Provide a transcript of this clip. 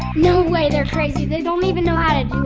no way they're crazy! they don't even know how to do